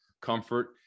comfort